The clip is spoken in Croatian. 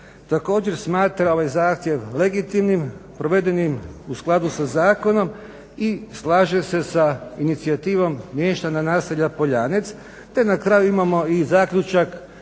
također smatra ovaj zahtjev legitimnim, provedenim u skladu sa zakonom i slažem se sa inicijativom mještana naselja Poljanec te na kraju imamo i zaključak